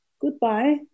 Goodbye